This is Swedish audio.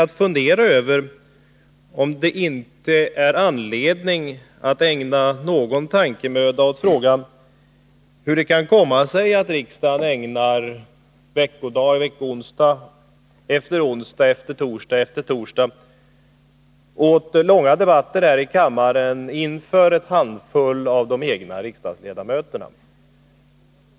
Inte minst tror jag att det finns anledning att fundera över frågan hur det kan komma sig att riksdagen ägnar onsdag efter onsdag och torsdag efter torsdag åt långa debatter här i kammaren inför en handfull riksdagsledamöter.